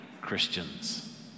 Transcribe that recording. Christians